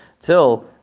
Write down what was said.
till